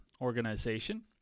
organization